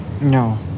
No